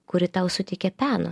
kuri tau suteikia peno